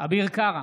אביר קארה,